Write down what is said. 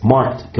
Marked